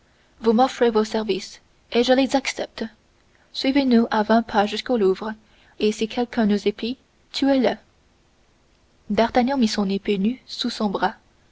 vous m'offrez vos services je les accepte suivez-nous à vingt pas jusqu'au louvre et si quelqu'un nous épie tuez le d'artagnan mit son épée nue sous son bras